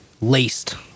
laced